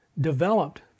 developed